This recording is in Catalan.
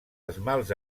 esmalts